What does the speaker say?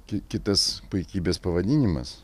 ki kitas puikybės pavadinimas